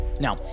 Now